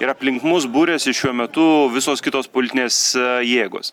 ir aplink mus buriasi šiuo metu visos kitos politinės jėgos